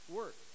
work